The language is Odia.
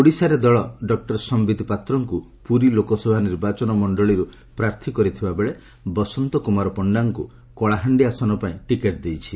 ଓଡ଼ିଶାରେ ଦଳ ଡକୁର ସମ୍ପିତ ପାତ୍ରଙ୍କୁ ପୁରୀ ଲୋକସଭା ନିର୍ବାଚନ ମଣ୍ଡଳୀରୁ ପ୍ରାର୍ଥୀ କରିଥିବା ବେଳେ ବସନ୍ତ କୁମାର ପଣ୍ଡାଙ୍କୁ କଳାହାଣ୍ଡି ଆସନ ପାଇଁ ଟିକେଟ୍ ଦେଇଛି